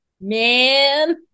Man